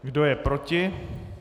Kdo je proti?